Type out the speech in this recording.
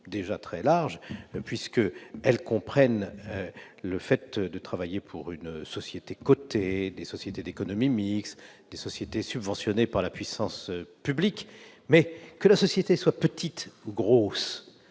déjà très larges puisqu'elles comprennent le fait de travailler pour des sociétés cotées, des sociétés d'économie mixte, des sociétés subventionnées par la puissance publique. Mais que la société soit petite ou grosse,